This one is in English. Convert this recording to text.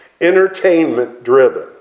entertainment-driven